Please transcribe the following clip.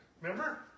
Remember